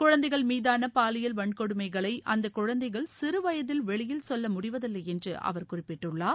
குழந்தைகள் மீதான பாலியியல் வன்கொடுமைகளை அந்த குழந்தைகள் சிறு வயதில் வெளியில் சொல்ல முடிவதில்லை என்று அவர் குறிப்பிட்டுள்ளார்